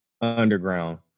underground